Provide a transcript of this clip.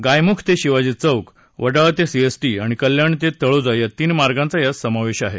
गायमुख ते शिवाजी चौक वडाळा ते सीएसटी आणि कल्याण ते तळोजा या तीन मार्गांचा यात समावेश आहे